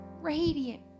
radiant